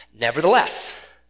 Nevertheless